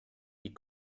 die